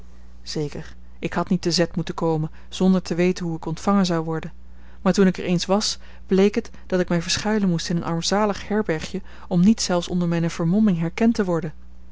zeker ik had niet te z moeten komen zonder te weten hoe ik ontvangen zou worden maar toen ik er eens was bleek het dat ik mij verschuilen moest in een armzalig herbergje om niet zelfs onder mijne vermomming herkend te worden